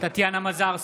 טטיאנה מזרסקי,